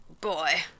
boy